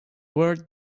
word